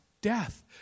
death